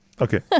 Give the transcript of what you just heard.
Okay